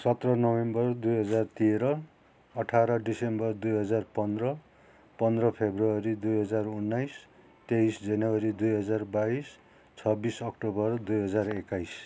सत्र नोभेम्बर दुई हजार तेह्र अठार डिसेम्बर दुई हजार पन्ध्र पन्ध्र फब्रुअरी दुई हजार उन्नाइस तेइस जनवरी दुई हजार बाइस छब्बीस अक्टोबर दुई हजार एक्काइस